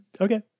Okay